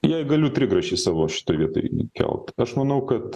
jei galiu trigrašį savo šitoj vietoj įkelt aš manau kad